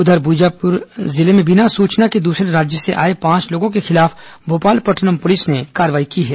उधर बीजापुर जिले में बिना सूचना के दूसरे राज्य से आए पांच लोगों के खिलाफ भोपालपट्नम पुलिस ने कार्रवाई की है